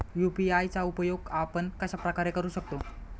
UPI चा उपयोग आपण कशाप्रकारे करु शकतो?